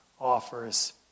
offers